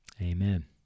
Amen